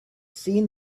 seen